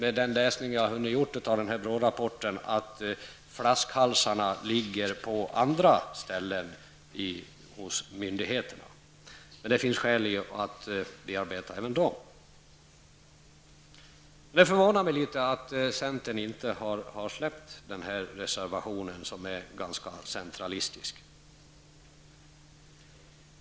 Av den läsning som jag har hunnit göra av BRÅ rapporten, har jag dragit slutsatsen att flaskhalsarna finns på andra ställen hos myndigheterna. Det finns dock skäl att ändå se över problemet. Det förvånar mig något att centern inte har släppt den här reservationen, som är ganska centralistisk.